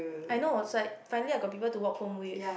I know it's like finally I got people to walk home with